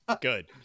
Good